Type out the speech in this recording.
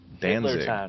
Danzig